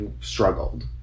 struggled